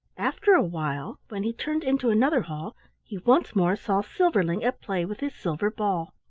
after a while, when he turned into another hall he once more saw silverling at play with his silver ball.